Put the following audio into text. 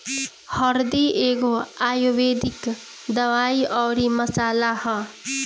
हरदी एगो आयुर्वेदिक दवाई अउरी मसाला हअ